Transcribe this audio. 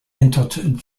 entered